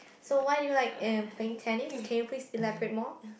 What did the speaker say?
so why do you like um playing tennis can you please elaborate more